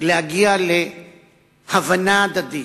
להגיע להבנה הדדית,